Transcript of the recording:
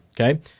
okay